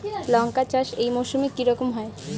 লঙ্কা চাষ এই মরসুমে কি রকম হয়?